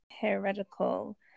heretical